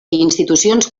institucions